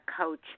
coach